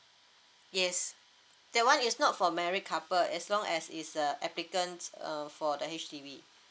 yes that one is not for married couple as long as is a applicants err for H_D_B